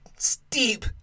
steep